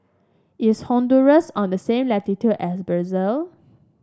is Honduras on the same latitude as Brazil